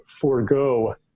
forego